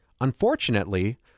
Unfortunately